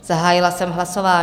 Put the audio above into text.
Zahájila jsem hlasování.